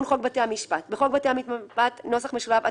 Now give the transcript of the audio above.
תיקון חוק בתי המשפט 24. בחוק בתי המשפט [נוסח משולב],